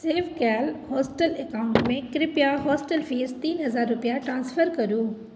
सेव कएल हॉस्टल अकाउण्टमे कृपया हॉस्टल फीस तीन हजार रुपैआ ट्रान्सफर करू